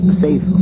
safe